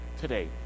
today